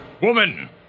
woman